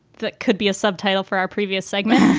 that could be a subtitle for our previous segment.